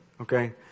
Okay